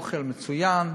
אוכל מצוין,